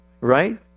right